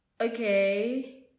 Okay